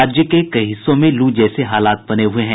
राज्य के कई हिस्सों में लू जैसे हालात बने हुए हैं